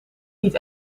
niet